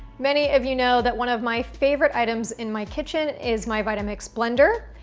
many of you know that one of my favorite items in my kitchen, is my vitamix blender.